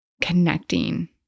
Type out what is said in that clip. connecting